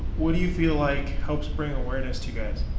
what do you feel like helps bring awareness to you guys?